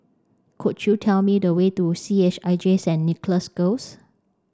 could you tell me the way to C H I J Saint Nicholas Girls